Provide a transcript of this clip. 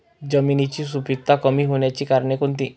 जमिनीची सुपिकता कमी होण्याची कारणे कोणती?